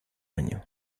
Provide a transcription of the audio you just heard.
año